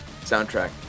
soundtrack